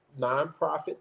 nonprofit